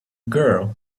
girl